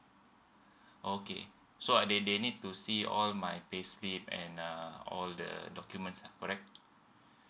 okay so uh they they need to see all my payslip an uh all the documents ah correct